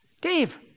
Dave